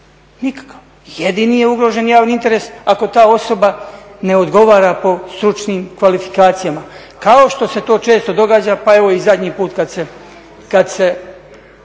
Nikakav. Jedini je ugroženi javni interes ako ta osoba ne odgovara po stručnim kvalifikacijama, kao što se to često događa. Pa evo i zadnji put kad se